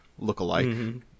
lookalike